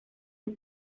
and